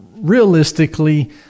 realistically